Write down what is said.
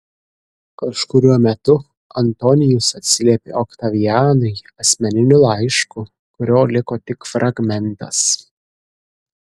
kažkuriuo metu antonijus atsiliepė oktavianui asmeniniu laišku kurio liko tik fragmentas